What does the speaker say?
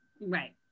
Right